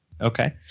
Okay